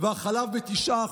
והחלב ב-9%,